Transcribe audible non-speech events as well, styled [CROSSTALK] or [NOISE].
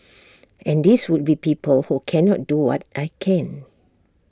[NOISE] and these would be people who cannot do what I can